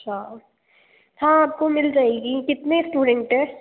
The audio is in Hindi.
अच्छा हाँ आपको मिल जाएगी कितने स्टूडेंट हैं